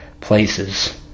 places